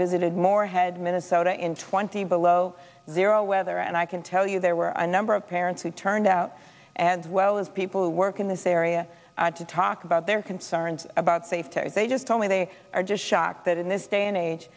visited morehead minnesota in twenty below zero weather and i can tell you there were a number of parents who turned out as well as people who work in this area to talk about their concerns about safety as they just told me they are just shocked that in this day and age